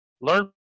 learn